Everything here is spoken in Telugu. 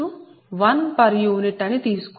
u అని తీసుకోండి